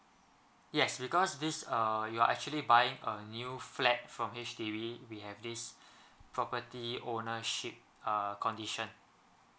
yes because this err you are actually buying a new flat from H_D_B we have this property ownership uh condition